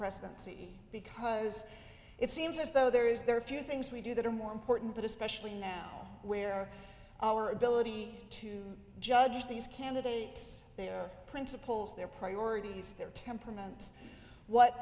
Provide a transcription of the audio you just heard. presidency because it seems as though there is there are a few things we do that are more important but especially now where our ability to judge these candidates their principles their priorities their temperament what